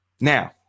Now